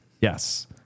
Yes